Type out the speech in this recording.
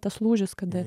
tas lūžis kada